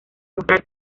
mostrarse